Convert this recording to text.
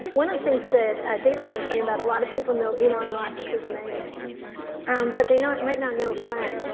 one of the things that dave and i were talking about, a lot of people know elon musk, who's amazing but they might not know glen.